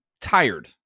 tired